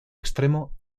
extremo